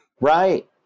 Right